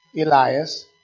Elias